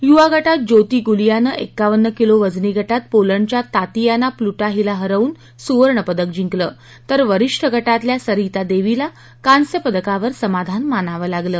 युवा गटात ज्योती गुलियाने एक्कावन्न किलो वजनी गटात पोलंडच्या तातियाना प्लुटा हिला हरवून सुवर्णपदक जिंकलं तर वरिष्ठ गटातल्या सरीतादेवीला कांस्यपदकावर समाधान मानावं लागलं